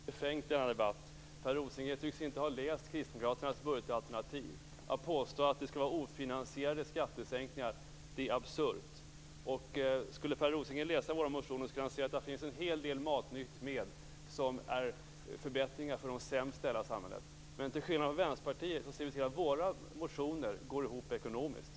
Herr talman! Denna debatt blir alltmer befängd. Per Rosengren tycks inta ha läst Kristdemokraternas budgetalternativ. Att påstå att det skulle vara fråga om ofinansierade skattesänkningar är absurt. Skulle Per Rosengren läsa våra motioner, skulle han se att det finns en hel del matnyttigt med som innebär förbättringar för de sämst ställda i samhället. Men till skillnad från Vänsterpartiet ser vi till att våra motioner går ihop ekonomiskt.